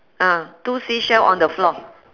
mm two seashell on the floor